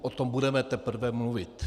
O tom budeme teprve mluvit.